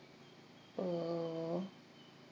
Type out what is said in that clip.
uh